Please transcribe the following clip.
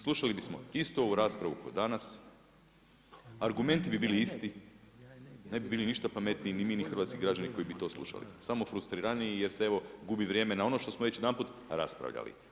Slušali bi smo istu ovu raspravu danas, argumenti bi bili isti ne bi bili ništa pametniji ni mi ni hrvatski građani koji bi to slušali samo frustriraniji jer se evo gubi vrijeme na ono što smo već jedanput raspravljali.